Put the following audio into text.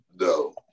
no